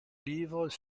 livres